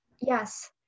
yes